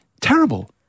terrible